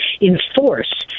enforce